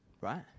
right